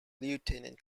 lieutenant